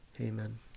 Amen